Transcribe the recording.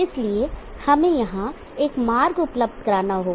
इसलिए हमें यहां एक मार्ग उपलब्ध कराना होगा